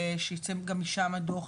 שייצא גם משם דוח.